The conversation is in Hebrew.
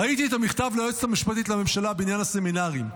ראיתי את המכתב ליועצת המשפטית לממשלה בעניין הסמינרים.